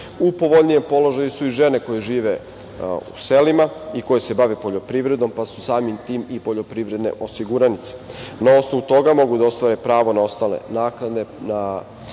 U povoljnijem položaju su i žene koje žive u selima i koje se bave poljoprivredom, pa su samim tim i poljoprivredne osiguranice. Na osnovu toga mogu da ostvare pravo na ostale naknade